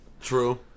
True